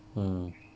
mm